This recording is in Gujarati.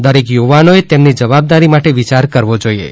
દરેક યુવાનોએ તેમની જવાબદારી માટે વિચાર કરવો જોઇએ